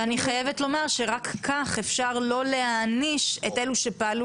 ואני חייבת לומר שרק כך אפשר לא להעניש את אלו שפעלו